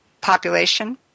population